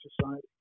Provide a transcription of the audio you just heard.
society